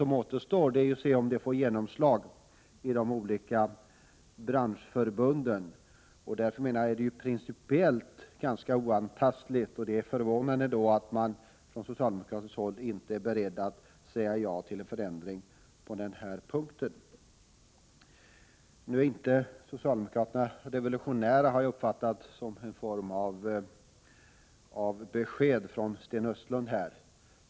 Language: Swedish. Det återstår att se om det får genomslag i de olika branschförbunden. Principiellt är det ganska oantastligt. Det är förvånande då att socialdemokraterna inte är beredda att säga ja till en förändring på denna punkt. Att socialdemokraterna inte är revolutionära uppfattade jag som en form av besked från Sten Östlund här.